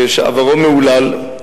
שעברו מהולל.